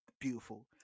beautiful